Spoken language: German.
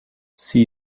sie